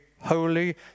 holy